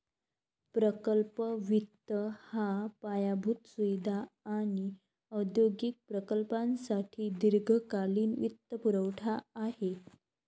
प्रकल्प वित्त हा पायाभूत सुविधा आणि औद्योगिक प्रकल्पांसाठी दीर्घकालीन वित्तपुरवठा आहे